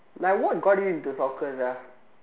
like what got it into soccer sia